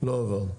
לא עבר.